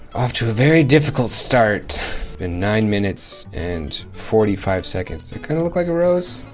off to a very difficult start in nine minutes and forty five seconds. it kind of look like a rose.